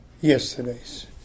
yesterday's